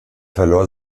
verlor